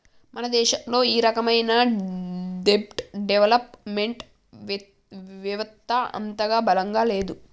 మన దేశంలో ఈ రకమైన దెబ్ట్ డెవలప్ మెంట్ వెవత్త అంతగా బలంగా లేదు